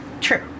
True